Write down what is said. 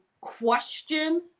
question